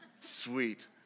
Sweet